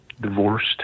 divorced